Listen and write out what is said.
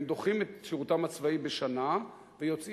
הם דוחים את שירותם הצבאי בשנה ויוצאים